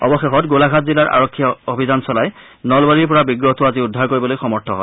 অৱশেষত গোলাঘাট জিলাৰ আৰক্ষীয়ে অভিযান চলাই নলবাৰীৰ পৰা বিগ্ৰহটো আজি উদ্ধাৰ কৰিবলৈ সমৰ্থ হয়